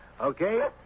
Okay